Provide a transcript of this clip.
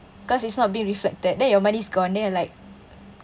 cause it's not being reflected then your money's gone then you're like